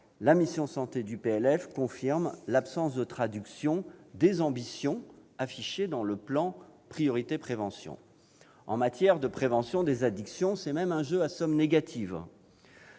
de finances pour 2019 confirme l'absence de traduction des ambitions affichées dans le plan « Priorité prévention ». En matière de prévention des addictions, c'est même un jeu à somme négative.